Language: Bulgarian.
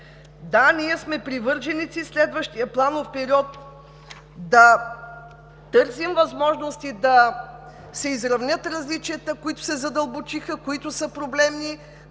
да, ние сме привърженици в следващия планов период да търсим възможности да се изравнят различията, които се задълбочиха, които са проблемни,